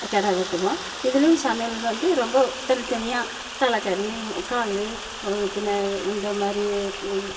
கிடா வெட்டுவோம் இதுலேயும் சமையல் வந்து ரொம்ப தனித்தனியாக தலைகறி கால் பின்ன இந்தமாதிரி